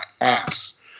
ass